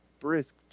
brisk